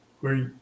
great